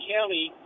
County